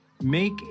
Make